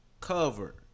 cover